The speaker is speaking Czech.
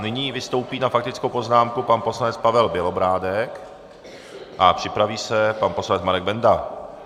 Nyní vystoupí na faktickou poznámku pan poslanec Pavel Bělobrádek a připraví se pan poslanec Marek Benda.